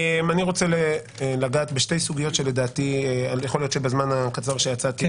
רוצה לגעת בשתי סוגיות שלדעתי יכול להיות שבזמן הקצר שיצאתי